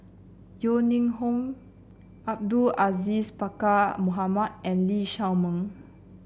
Yeo Ning Hong Abdul Aziz Pakkeer Mohamed and Lee Shao Meng